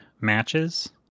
matches